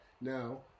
Now